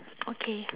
okay